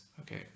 Okay